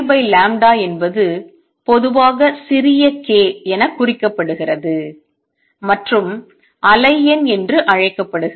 2πλ என்பது பொதுவாக சிறிய k என குறிக்கப்படுகிறது மற்றும் அலை எண் என்று அழைக்கப்படுகிறது